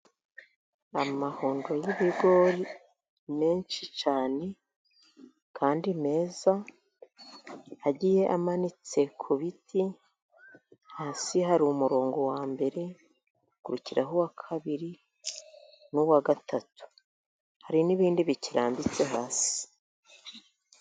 Amahundo y'ibigori menshi cyane kandi meza, agiye amanitse ku biti hasi hari umurongo wambere, hakurikiraho uwa kabiri n'uwa gatatu, hari n'ibindi bikirambitse hasi.